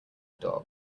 dog